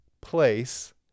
place